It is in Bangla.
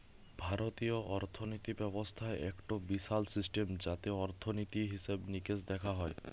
ভারতীয় অর্থিনীতি ব্যবস্থা একটো বিশাল সিস্টেম যাতে অর্থনীতি, হিসেবে নিকেশ দেখা হয়